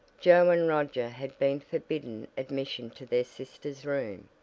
joe and roger had been forbidden admission to their sister's room.